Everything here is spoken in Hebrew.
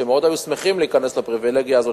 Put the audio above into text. שהיו מאוד שמחים לקבל את הפריווילגיה הזאת,